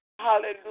Hallelujah